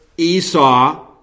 Esau